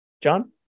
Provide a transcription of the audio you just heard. John